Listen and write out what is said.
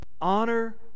Honor